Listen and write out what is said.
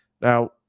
Now